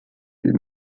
für